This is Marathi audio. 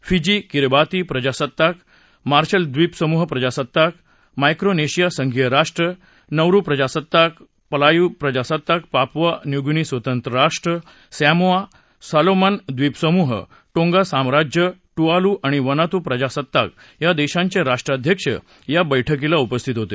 फिजी किरबाती प्रजासत्ताक मार्शल ड्रीप समूह प्रजासत्ताक माइक्रोनेशिया संघीय राष्ट्र नौरु प्रजासत्ताक पलायु प्रजासत्ताक पापुआ न्यूगिनी स्वतंत्र राष्ट्र सॅमोआ सॉलोमन ड्रीप समूह टोंगा साम्राज्य टुआलू आणि वनातू प्रजासत्ताक या देशांचे राष्ट्राध्यक्ष या बैठकीला उपस्थित होते